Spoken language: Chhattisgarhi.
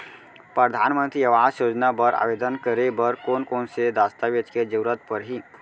परधानमंतरी आवास योजना बर आवेदन करे बर कोन कोन से दस्तावेज के जरूरत परही?